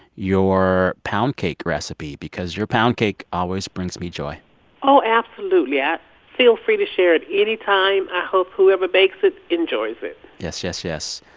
your pound cake recipe because your pound cake always brings me joy oh, absolutely. i feel free to share it anytime. i hope whoever bakes it enjoys it yes, yes, yes.